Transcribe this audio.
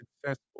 successful